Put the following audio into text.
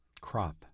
Crop